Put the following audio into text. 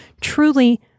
truly